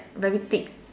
very thick